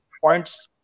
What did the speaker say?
points